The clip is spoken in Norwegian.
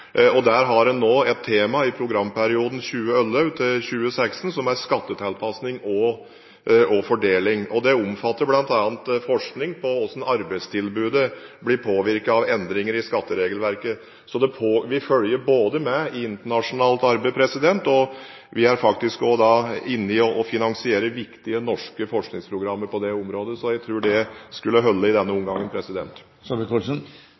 og der har en nå et tema i programperioden 2011–2016 som er skattetilpasning og fordeling. Det omfatter bl.a. forskning på hvordan arbeidstilbudet blir påvirket av endringer i skatteregelverket. Vi følger med i internasjonalt arbeid og er inne og finansierer viktige norske forskningsprogrammer på dette området, så jeg tror det skulle holde i denne